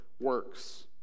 works